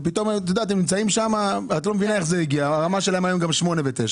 ופתאום הרמה שלהם היום מגיעה גם ל-8 ו-9.